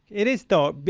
it is dark.